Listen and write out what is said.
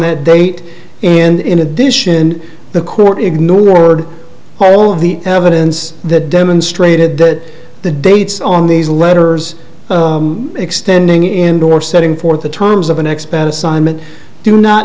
that date and in addition the court ignored all of the evidence that demonstrated that the dates on these letters extending into or setting forth the terms of an ex pat assignment do not